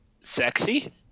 sexy